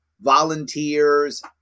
volunteers